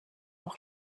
leur